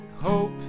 hope